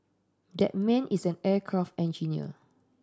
that man is an aircraft engineer